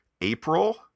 April